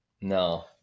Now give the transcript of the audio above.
No